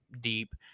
deep